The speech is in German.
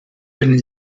können